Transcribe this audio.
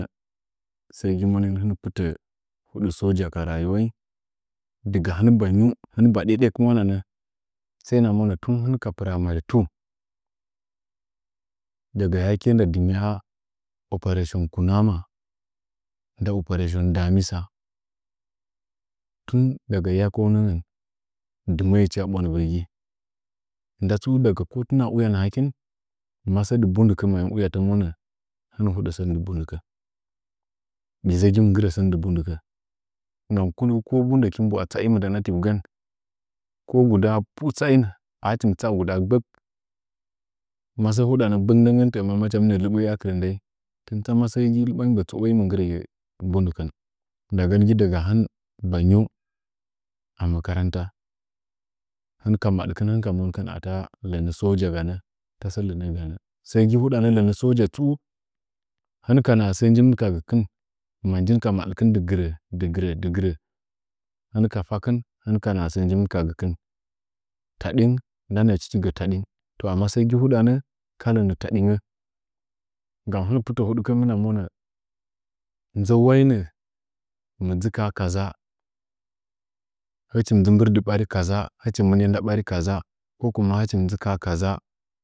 Sɚ gi monih hin mɨptɚ huɗɚ sojo ka rayuwain daga hɨn ba nyih hin ba ɗyaɗyak mwananɚ sai na monɚ tɨm hinka primary two daga yake nda dɨmyaa oparetion kunama nda oparetion damisa tun daga yakeu nɚɚ dɨmɚɚchi a bwandɨvɚgi nda tsu ndaga o tina uya nahakin masɚ dɨ bundɨkɚ mayan una ta mone hɨn mɨ hudɚ sɚn ndɨ bundɨkɚ bɨzɚgi mɨ nggɨre sɚn dɨ bundɨkɚ gam kulum ko bondɚki ɓa’wa tsa’i mɨndɚn a tivgɚn ko guda pu tsaih achim tsaagbɚk masɚ huɗanɚ gbɚk ndɚngɚn tɚɚ ma hɨchi mɨna lɨ ɓɚɚi akɨrɚ ndɚi tɚɚ tɨn tsama sɚ gɨ mbɚtsionyi mɨnggɨrɚ mbu ndɨkɨh ndagɚn gi daga hin ba nyih a makaranta hɨn ka maɗkin hɨn ka monkin ata lɚnɚ soja ganɚ tasɚ lɚnɚɚ ganɚ sɚgi huɗanɚ lɚnɚ soja tsuu hɨm ka nda sɚ njimɨh ka gɚkih manjih ka maɗkɨh dɨ gɨrɚ dɨ gɨrɚ hin ka fakin hin ka naha sɚ nji mɨh ka gɚkɨh taɗing nda nɚɚ tichi gɨ taɗing amma masɚ gi huɗanɚ ka lɚnɚ taɗingɚ gam hih mɨ pɨtɚ hudkin hɨmɨna monɚ nzɚ wainɚ mɨdzɨ ka ha kaza htchim dzɨ mbɨr dɨ bari kaza hɨchim mɨnɨa nda ɓari kaza hɨchim dzɨ ka ha ka za.